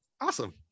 Awesome